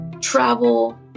travel